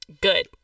Good